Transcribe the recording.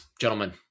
gentlemen